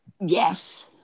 Yes